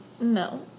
No